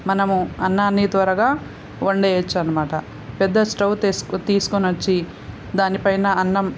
మనము అన్నాన్ని త్వరగా వండవచ్చు అనమాట పెద్ద స్టవ్వు తేసు తీసుకొని వచ్చి దానిపైన అన్నం